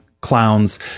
clowns